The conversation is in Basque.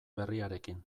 berriarekin